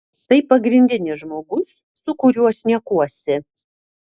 tai pagrindinis žmogus su kuriuo šnekuosi